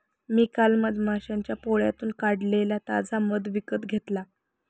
मी काल मधमाश्यांच्या पोळ्यातून काढलेला ताजा मध विकत घेतला